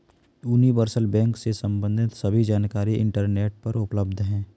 universal bank से सम्बंधित सभी जानकारी इंटरनेट पर उपलब्ध है